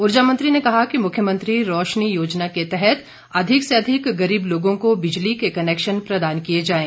ऊर्जा मंत्री ने कहा कि मुख्यमंत्री रौशनी योजना के तहत अधिक से अधिक गरीब लोगों को बिजली के कनैक्शन प्रदान किए जाएं